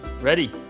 Ready